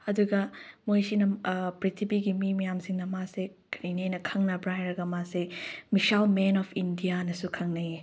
ꯑꯗꯨꯒ ꯃꯣꯏꯁꯤꯅ ꯄ꯭ꯔꯤꯊꯤꯕꯤꯒꯤ ꯃꯤ ꯃꯌꯥꯝꯁꯤꯡꯅ ꯃꯥꯁꯦ ꯀꯔꯤꯅꯦꯅ ꯈꯪꯅꯕ꯭ꯔ ꯍꯥꯏꯔꯒ ꯃꯥꯁꯦ ꯃꯤꯁꯥꯏꯜ ꯃꯦꯟ ꯑꯣꯐ ꯏꯟꯗꯤꯌꯥ ꯍꯥꯏꯅꯁꯨ ꯈꯪꯅꯩꯌꯦ